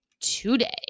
today